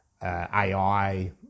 AI